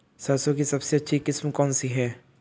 सरसों की सबसे अच्छी किस्म कौन सी है?